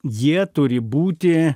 jie turi būti